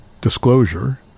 disclosure